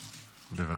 בבקשה.